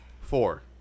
Four